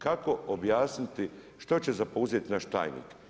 Kako objasniti, što se poduzeti naš tajnik.